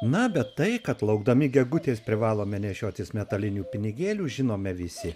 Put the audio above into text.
na bet tai kad laukdami gegutės privalome nešiotis metalinių pinigėlių žinome visi